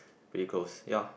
pretty close ya